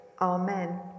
amen